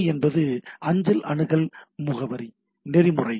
ஏ மற்றும் அஞ்சல் அணுகல் நெறிமுறை